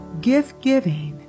gift-giving